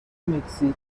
مکزیک